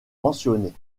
mentionnés